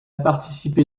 participé